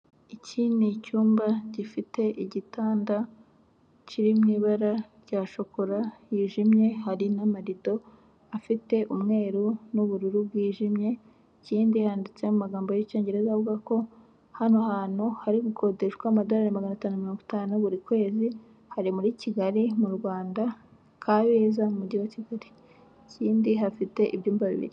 Iki ni icyumba gifite igitanda kiri mu ibara rya shokora yijimye hari n'amarido afite umweru n'ubururu bwijimye, ikindi handitseho amagambo y'icyongereza avuga ko hano hantu hari gukodeshwa amadorari magana atanu mirongo itanu buri kwezi hari muri Kigali mu Rwanda, kabeza mu mujyi wa Kigali, ikindi hafite ibyumba bibiri.